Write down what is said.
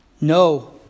no